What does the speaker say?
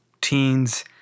teens